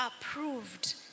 approved